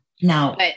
Now